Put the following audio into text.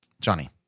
Johnny